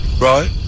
right